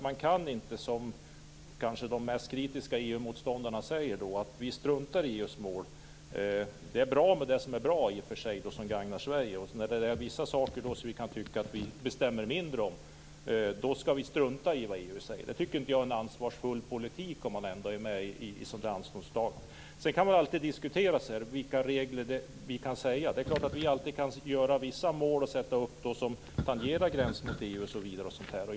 Man kan inte som de kanske mest kritiska EU motståndarna säga: Vi struntar i EU:s mål. Det är bra med det som gagnar Sverige. Men sedan är det vissa saker som vi tycker att vi får bestämma mindre om. Då skall vi strunta i vad EU säger. Det tycker inte jag är en ansvarsfull politik om man ändå är med i ett sådant här ansvarstagande. Sedan kan det alltid diskuteras vilka regler vi talar om. Det är klart att vi alltid kan sätta upp vissa mål som tangerar gränserna mot EU.